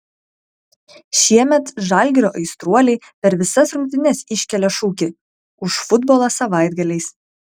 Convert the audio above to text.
šiemet žalgirio aistruoliai per visas rungtynes iškelia šūkį už futbolą savaitgaliais